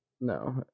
No